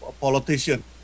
politician